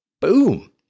Boom